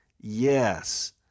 Yes